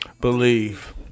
Believe